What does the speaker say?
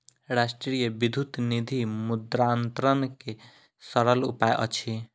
राष्ट्रीय विद्युत निधि मुद्रान्तरण के सरल उपाय अछि